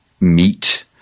meat